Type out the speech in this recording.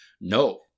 No